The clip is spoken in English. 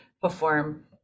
perform